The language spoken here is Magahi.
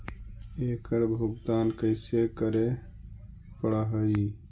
एकड़ भुगतान कैसे करे पड़हई?